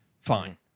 fine